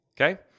Okay